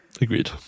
Agreed